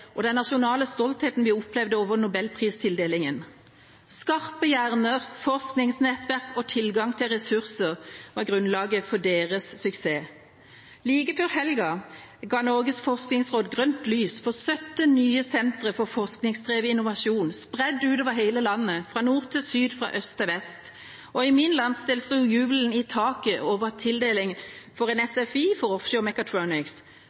og den nasjonale stoltheten vi opplevde over nobelpristildelingen. Skarpe hjerner, forskningsnettverk og tilgang til ressurser var grunnlaget for deres suksess. Like før helgen ga Norges forskningsråd grønt lys for 17 nye sentre for forskningsdrevet innovasjon spredt ut over hele landet – fra nord til syd, fra øst til vest – og i min landsdel står jubelen i taket over tildelingen av et SFI, Senter for